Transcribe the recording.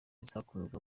zakunzwe